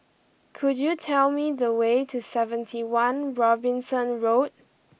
could you tell me the way to seventy one Robinson Road